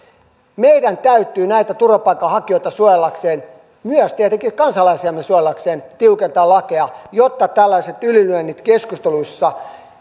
meidän täytyy näitä turvapaikanhakijoita suojellaksemme myös tietenkin kansalaisiamme suojellaksemme tiukentaa lakeja jotta tällaiset ylilyönnit keskusteluissa